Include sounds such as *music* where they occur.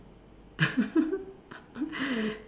*laughs*